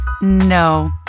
No